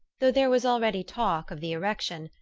though there was already talk of the erection,